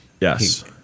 Yes